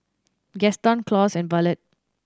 Gaston Claus and Ballard